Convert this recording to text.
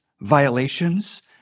violations